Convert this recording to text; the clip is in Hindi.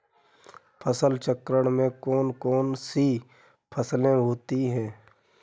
फसल चक्रण में कौन कौन सी फसलें होती हैं?